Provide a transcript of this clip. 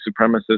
supremacists